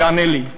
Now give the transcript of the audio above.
שיענה לי.